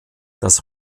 das